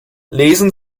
lesen